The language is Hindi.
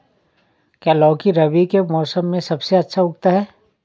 क्या लौकी रबी के मौसम में सबसे अच्छा उगता है?